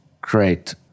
great